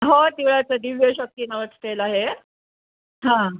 हो तिळाचं दिव्यशक्ती नावाचं तेल आहे हां